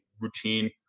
routine